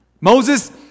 Moses